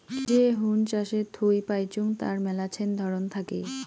যে হুন চাষের থুই পাইচুঙ তার মেলাছেন ধরন থাকি